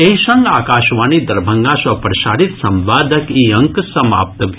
एहि संग आकाशवाणी दरभंगा सँ प्रसारित संवादक ई अंक समाप्त भेल